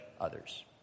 others